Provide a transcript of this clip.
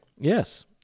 Yes